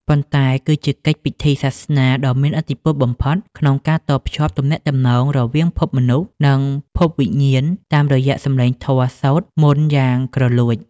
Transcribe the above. ប៉ុន្តែគឺជាកិច្ចពិធីសាសនាដ៏មានឥទ្ធិពលបំផុតក្នុងការតភ្ជាប់ទំនាក់ទំនងរវាងភពមនុស្ស និងភពវិញ្ញាណតាមរយៈសម្លេងធម៌សូត្រមន្តយ៉ាងគ្រលួច។